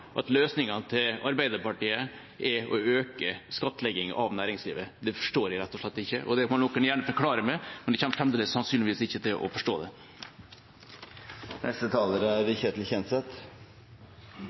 er å øke skattlegging av næringslivet. Det forstår jeg rett og slett ikke. Det må noen gjerne forklare meg, men jeg kommer fremdeles sannsynligvis ikke til å forstå det.